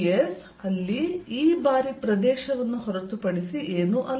ds ಅಲ್ಲಿ E ಬಾರಿ ಪ್ರದೇಶವನ್ನು ಹೊರತುಪಡಿಸಿ ಏನೂ ಅಲ್ಲ